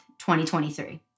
2023